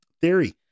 theory